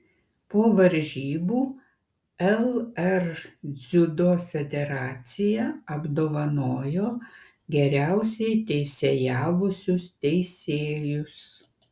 po varžybų lr dziudo federacija apdovanojo geriausiai teisėjavusius teisėjus